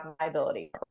liability